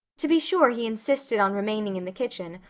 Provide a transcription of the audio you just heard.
to be sure, he insisted on remaining in the kitchen,